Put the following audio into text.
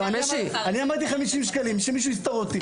אני אמרתי חמישים שקלים, שמישהו יסתור אותי.